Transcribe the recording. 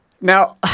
now